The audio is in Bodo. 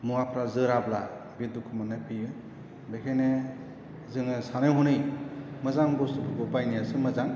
मुवाफ्रा जोराब्ला बे दुखु मोन्नाय फैयो बेखायनो जोङो सानै हनै मोजां बुस्थुफोरखौ बायनायासो मोजां